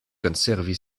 konservi